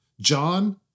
John